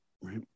right